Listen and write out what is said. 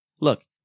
Look